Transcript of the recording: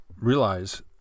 realize